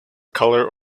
colour